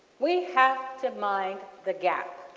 we have to mind the gaps.